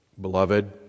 beloved